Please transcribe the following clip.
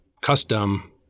custom